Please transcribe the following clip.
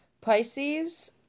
Pisces